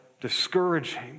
discouraging